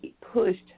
pushed